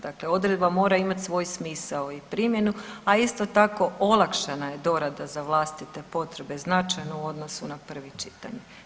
Dakle, odredba mora imati svoj smisao i primjenu, a isto tako i olakšana je dorada za vlastite potrebe značajno u odnosu na prvo čitanje.